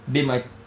dey my